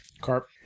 Carp